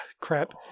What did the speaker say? Crap